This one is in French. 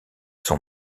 son